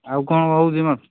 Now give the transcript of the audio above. ଆଉ କ'ଣ ହେଉଛି କ'ଣ